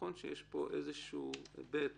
נכון שיש פה איזשהו היבט